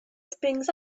springs